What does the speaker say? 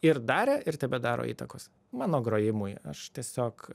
ir darė ir tebedaro įtakos mano grojimui aš tiesiog